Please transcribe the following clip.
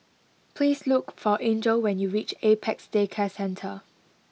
please look for angel when you reach Apex Day Care Centre